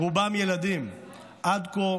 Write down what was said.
רובם ילדים --- עד כה,